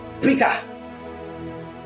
Peter